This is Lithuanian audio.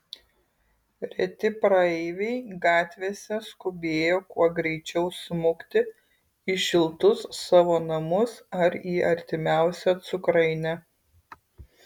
reti praeiviai gatvėse skubėjo kuo greičiau smukti į šiltus savo namus ar į artimiausią cukrainę